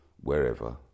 wherever